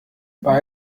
bei